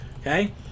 Okay